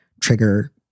trigger